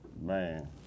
Man